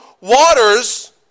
waters